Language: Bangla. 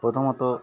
প্রথমত